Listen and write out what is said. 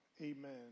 amen